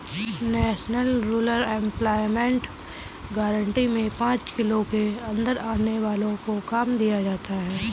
national rural employment guarantee में पांच kilometre के अंदर आने वालो को काम दिया जाता था